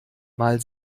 mal